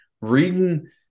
Reading